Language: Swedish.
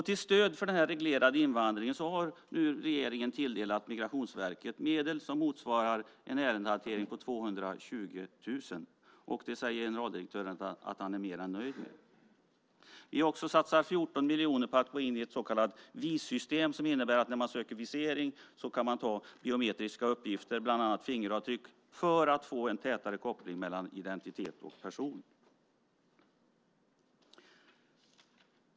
Till stöd för den reglerade invandringen har regeringen nu tilldelat Migrationsverket medel som motsvarar en ärendehantering på 220 000. Det säger generaldirektören att han är mer än nöjd med. Vi har också satsat 14 miljoner på att gå in i viseringssystemet VIS som innebär att när någon söker visering kan man ta biometriska uppgifter, bland annat fingeravtryck, för att få en tätare koppling mellan identitet och person.